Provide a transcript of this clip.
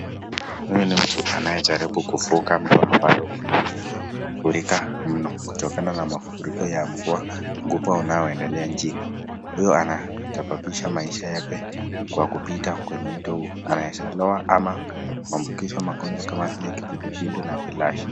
Huyu ni mtu anayejaribu kuvuka mto ambao umefurika mno kutokana na mafuriko ya mvua kubwa unaoendelea nchini .Mtu huyo anataabisha maisha yake kupita kwenye mto huu, anaezalowa ama kuambukizwa magonjwa kama vile kipindupindu na cs[bilharzia]cs.